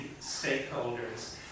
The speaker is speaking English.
stakeholders